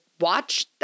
watch